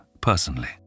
personally